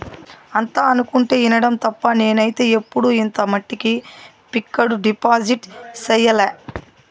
అంతా అనుకుంటుంటే ఇనడం తప్ప నేనైతే ఎప్పుడు ఇంత మట్టికి ఫిక్కడు డిపాజిట్ సెయ్యలే